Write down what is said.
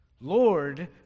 Lord